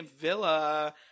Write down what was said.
Villa